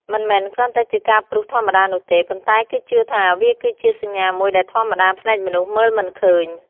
មិនមែនគ្រាន់តែជាការព្រុសធម្មតានោះទេ ប៉ុន្តែគេជឿថាវាគឺជាសញ្ញាមួយដែលធម្មតាភ្នែកមនុស្សមើលមិនឃើញ។